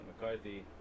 McCarthy